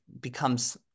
becomes